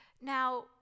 now